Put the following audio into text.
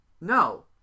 No